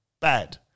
bad